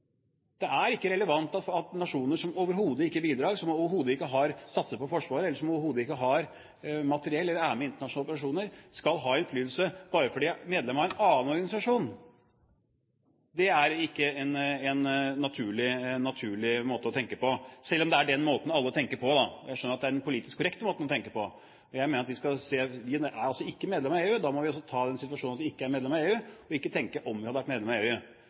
Det er ikke relevant at nasjoner som overhodet ikke bidrar, som overhodet ikke satser på forsvar, eller som overhodet ikke har materiell eller er med i internasjonale operasjoner, skal ha innflytelse bare fordi de er medlem av en annen organisasjon. Det er ikke en naturlig måte å tenke på, selv om det er den måten alle tenker på. Jeg skjønner at det er den politisk korrekte måten å tenke på. Jeg mener at når vi ikke er medlem av EU, må vi ta den situasjonen at vi ikke er medlem av EU, og ikke tenke som om vi hadde vært medlem av EU.